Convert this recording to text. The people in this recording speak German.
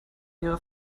ihrer